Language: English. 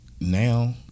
Now